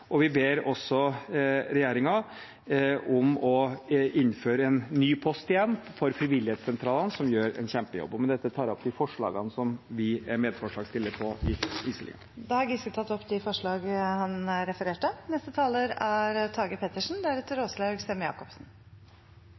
og vi ber også regjeringen om å innføre en ny post igjen for frivillighetssentralene, som gjør en kjempejobb. Med dette tar jeg opp de forslagene som vi er medforslagsstillere på i innstillingen. Representanten Trond Giske har tatt opp de forslagene han refererte